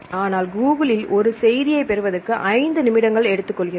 ஆனால் கூகுளில் ஒரு செய்தியை பெறுவதற்கு 5 நிமிடங்கள் எடுத்துக்கொள்கிறது